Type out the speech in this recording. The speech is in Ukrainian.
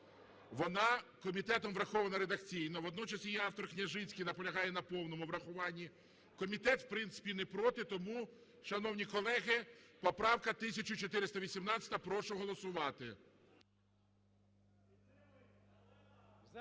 вона комітетом врахована редакційно. Водночас її автор Княжицький наполягає на повному врахуванні. Комітет, в принципі, не проти. Тому, шановні колеги, поправка 1418, прошу голосувати.